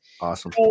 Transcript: Awesome